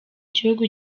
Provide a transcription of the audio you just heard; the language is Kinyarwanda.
gihugu